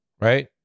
right